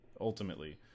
Ultimately